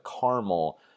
caramel